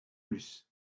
plus